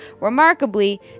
remarkably